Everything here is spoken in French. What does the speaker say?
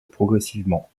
progressivement